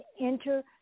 enter